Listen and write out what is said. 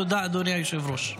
תודה, אדוני היושב-ראש.